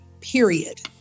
period